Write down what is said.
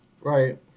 right